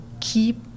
keep